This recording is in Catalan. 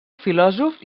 filòsof